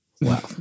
wow